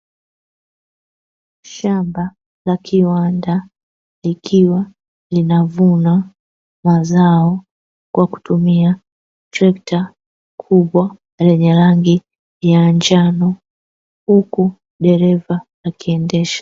Shamba la kiwanda, ikiwa linavuna mazao kwa kutumia trekta kubwa lenye rangi ya njano huku dereva akiendesha.